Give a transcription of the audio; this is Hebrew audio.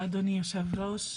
תודה, אדוני היושב ראש,